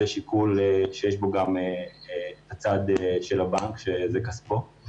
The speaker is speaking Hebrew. זה שיקול שיש בו גם צד של הבנק שזה כספו.